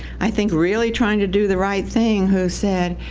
i think, really trying to do the right thing who said,